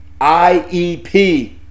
IEP